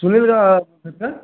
सुनील गा का